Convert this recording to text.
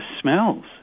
smells